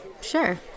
sure